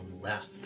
left